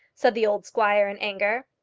said the old squire in anger.